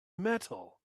metal